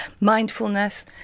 mindfulness